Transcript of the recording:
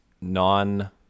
non-